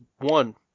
One